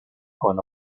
con